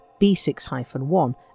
B6-1